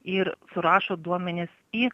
ir surašo duomenis į